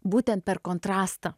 būtent per kontrastą